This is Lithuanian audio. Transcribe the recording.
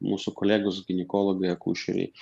mūsų kolegos ginekologai akušeriai